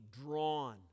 drawn